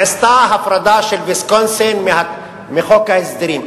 נעשתה הפרדה של ויסקונסין מחוק ההסדרים,